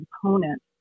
component